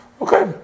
okay